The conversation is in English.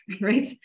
right